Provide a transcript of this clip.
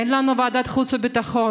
אין לנו ועדת חוץ וביטחון,